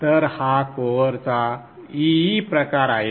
तर हा कोअरचा E E प्रकार आहे